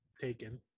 taken